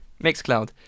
Mixcloud